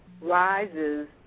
rises